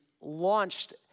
launched